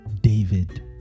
David